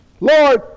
Lord